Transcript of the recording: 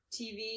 TV